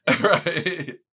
Right